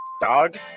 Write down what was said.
Dog